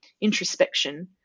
introspection